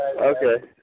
Okay